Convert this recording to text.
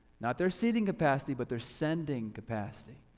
not their seating capacity, but they're sending capacity.